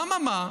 אממה,